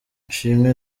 ishimwe